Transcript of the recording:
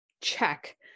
check